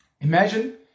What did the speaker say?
Imagine